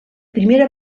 primera